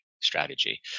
strategy